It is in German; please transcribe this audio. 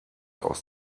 aus